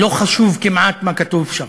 לא חשוב כמעט מה כתוב שם,